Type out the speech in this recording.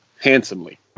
handsomely